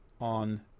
on